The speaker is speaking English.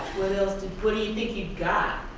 what else what do you think you got?